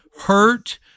hurt